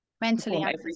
mentally